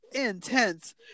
intense